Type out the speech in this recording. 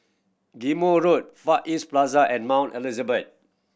Ghim Moh Road Far East Plaza and Mount Elizabeth